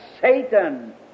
Satan